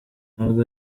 ntabwo